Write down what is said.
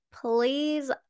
please